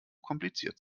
kompliziert